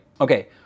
Okay